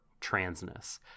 transness